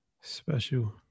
special